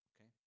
Okay